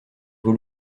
vaut